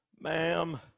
ma'am